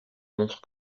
montre